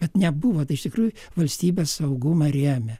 kad nebuvo tai iš tikrųjų valstybė saugumą rėmė